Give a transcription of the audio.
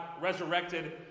resurrected